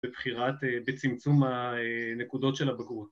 ‫בבחירת... בצמצום הנקודות של הבגרות.